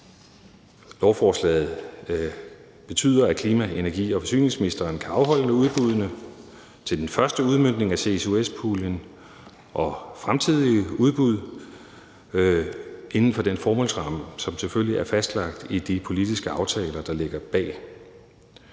Lovforslaget betyder, at klima-, energi- og forsyningsministeren kan afholde udbuddene til den første udmøntning af CCUS-puljen og fremtidige udbud inden for den formålsramme, som selvfølgelig er fastlagt i de politiske aftaler, der ligger bag.